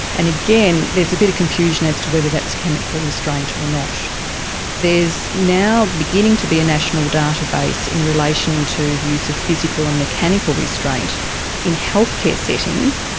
and again, there's a bit of confusion as to whether that is chemical restraint or not. there is now beginning to be a national database in relation to the use of physical and mechanical restraint in healthcare settings,